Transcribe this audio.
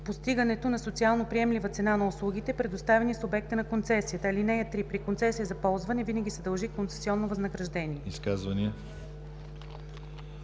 постигането на социално приемлива цена на услугите, предоставяни с обекта на концесията. (3) При концесия за ползване винаги се дължи концесионно възнаграждение.”